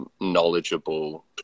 Knowledgeable